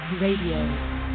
Radio